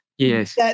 Yes